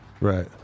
Right